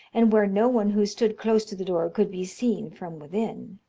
and where no one who stood close to the door could be seen from within.